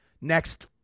next